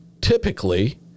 typically